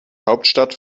hauptstadt